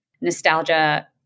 nostalgia